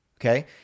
okay